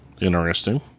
Interesting